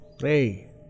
Hey